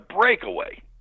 breakaway